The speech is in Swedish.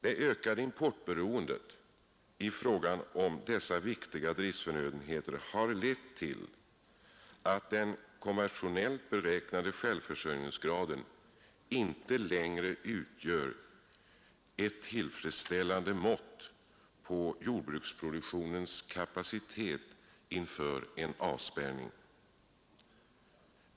Det ökade importberoendet i fråga om dessa viktiga driftförnödenheter har lett till att den konventionellt beräknade självförsörjningsgraden inte längre utgör ett tillfredsställande mått på jordbruksproduktionens kapacitet inför en avspärrning.